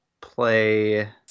play